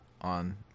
on